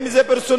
אם זה פרסונלי,